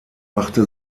machte